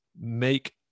make